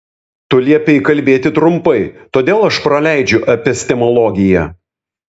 tu liepei kalbėti trumpai todėl aš praleidžiu epistemologiją